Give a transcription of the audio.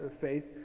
faith